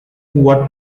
what